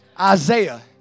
Isaiah